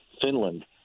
Finland